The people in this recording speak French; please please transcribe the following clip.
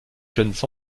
jeunes